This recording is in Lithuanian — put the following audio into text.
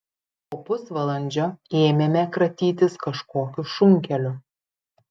po pusvalandžio ėmėme kratytis kažkokiu šunkeliu